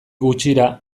gutxira